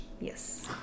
Yes